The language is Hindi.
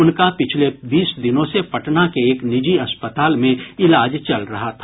उनका पिछले बीस दिनों से पटना के एक निजी अस्पताल में इलाज चल रहा था